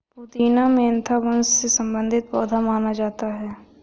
पुदीना मेंथा वंश से संबंधित पौधा माना जाता है